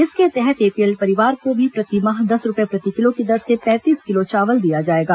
इसके तहत एपीएल परिवार को भी प्रतिमाह दस रूपये प्रति किलो की दर से पैंतीस किलो चावल दिया जाएगा